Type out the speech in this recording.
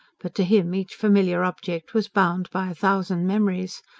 but to him each familiar object was bound by a thousand memories.